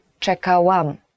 czekałam